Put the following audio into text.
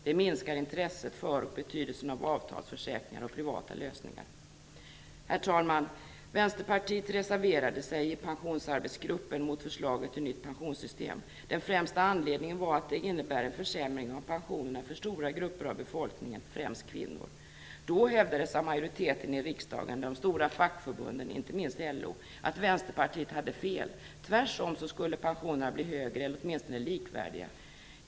Det minskar intresset för och betydelsen av avtalsförsäkringar och privata lösningar. Herr talman! Vänsterpartiet reserverade sig i Pensionsarbetsgruppen mot förslaget till nytt pensionssystem. Den främsta anledningen var att det innebär en försämring av pensionerna för stora grupper av befolkningen, främst kvinnor. Då hävdade majoriteten i riksdagen och de stora fackförbunden - inte minst LO - att Vänsterpartiet hade fel. Tvärtom skulle pensionerna bli högre eller åtminstone likvärdiga.